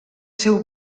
seu